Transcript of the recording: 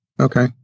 Okay